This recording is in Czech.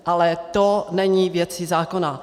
Ale to není věcí zákona.